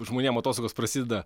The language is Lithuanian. žmonėm atostogos prasideda